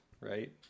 right